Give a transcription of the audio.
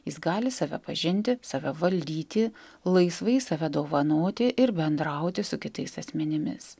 jis gali save pažinti save valdyti laisvai save dovanoti ir bendrauti su kitais asmenimis